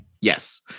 Yes